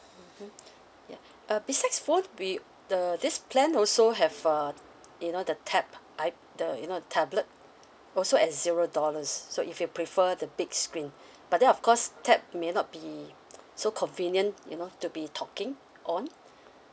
mmhmm ya uh besides phone we the this plan also have uh you know the tab ip~ the you know the tablet also at zero dollars so if you prefer the big screen but then of course tab may not be so convenient you know to be talking on